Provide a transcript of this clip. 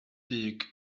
dug